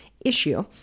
issue